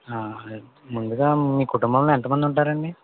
ముందుగా మీ కుటుంబంలో ఎంత మంది ఉంటారండి